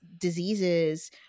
diseases